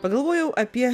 pagalvojau apie